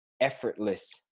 effortless